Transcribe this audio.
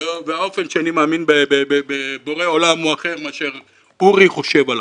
והאופן שבו אני מאמין בבורא עולם הוא אחר מאשר אורי חושב עליו,